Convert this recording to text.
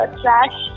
trash